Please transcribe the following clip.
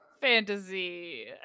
Fantasy